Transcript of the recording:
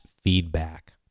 feedback